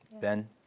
Ben